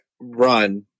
run